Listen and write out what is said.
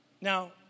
now